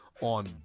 on